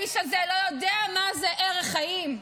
האיש הזה לא יודע מה זה ערך חיים.